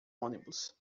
ônibus